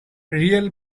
real